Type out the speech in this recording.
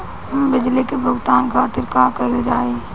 बिजली के भुगतान खातिर का कइल जाइ?